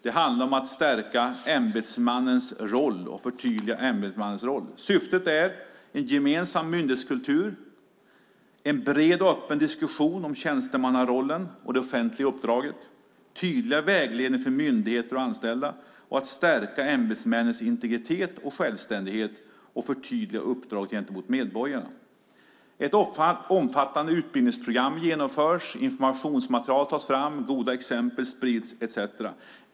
Det handlar om att stärka och förtydliga ämbetsmannens roll. Syftet är en gemensam myndighetskultur, en bred och öppen diskussion om tjänstemannarollen och det offentliga uppdraget, en tydligare vägledning för myndigheter och anställda och att stärka ämbetsmännens integritet och självständighet och förtydliga uppdraget gentemot medborgarna. Ett omfattande utbildningsprogram genomförs, informationsmaterial tas fram, goda exempel sprids etcetera.